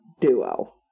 duo